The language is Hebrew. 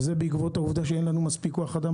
וזה בעקבות העובדה שאין לנו מספיק כוח אדם,